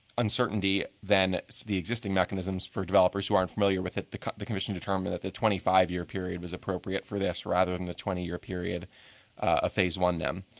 uncertainty than the existing mechanisms for developers who aren't familiar with it the the commission determined that the twenty five year period was appropriate for this rather than the twenty year period of phase one nem.